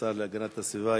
השר להגנת הסביבה,